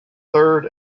third